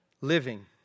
living